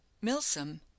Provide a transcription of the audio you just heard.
milsom